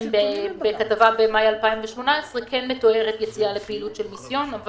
בכתבה ממאי 2018 שמופיעה באתר שלהם מתוארת יציאה לפעילות של מיסיון.